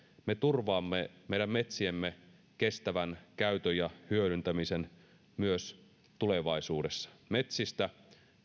me turvaamme meidän metsiemme kestävän käytön ja hyödyntämisen myös tulevaisuudessa metsistä